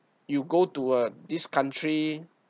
you go to uh this country